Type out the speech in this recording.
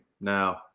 now